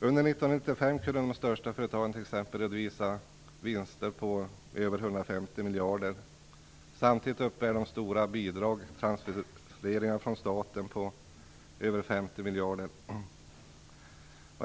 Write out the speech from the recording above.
Under 1995 kunde de största företagen t.ex. redovisa vinster på över 150 miljarder. Samtidigt uppbär de stora bidrag, transfereringar från staten på över 50 miljarder.